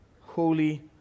holy